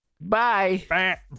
bye